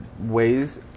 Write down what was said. ways